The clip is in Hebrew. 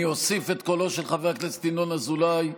אני אוסיף את קולו של חבר הכנסת ינון אזולאי,